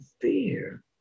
fear